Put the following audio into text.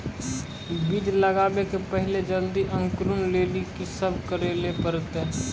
बीज लगावे के पहिले जल्दी अंकुरण लेली की सब करे ले परतै?